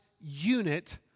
unit